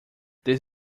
this